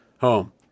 home